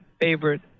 favorite